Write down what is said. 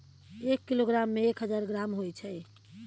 एक किलोग्राम में एक हजार ग्राम होय छै